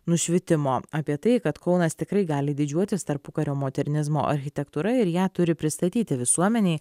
nušvitimo apie tai kad kaunas tikrai gali didžiuotis tarpukario modernizmo architektūra ir ją turi pristatyti visuomenei